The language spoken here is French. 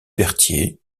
berthier